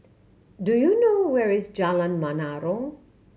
do you know where is Jalan Menarong